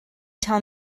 tell